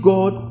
God